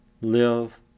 live